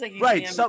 Right